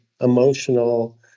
emotional